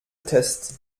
test